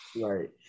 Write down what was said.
Right